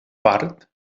part